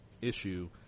issue